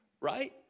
right